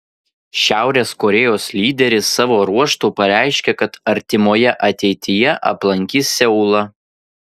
šiaurės korėjos lyderis savo ruožtu pareiškė kad artimoje ateityje aplankys seulą